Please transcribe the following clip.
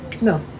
No